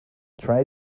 try